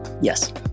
Yes